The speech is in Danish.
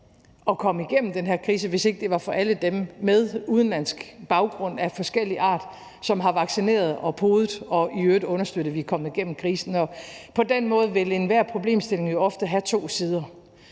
at komme igennem den her krise, hvis det ikke var for alle dem med udenlandsk baggrund af forskellig art, som har vaccineret og podet og i øvrigt understøttet, at vi er kommet igennem krisen. På den måde vil enhver problemstilling jo ofte have to sider.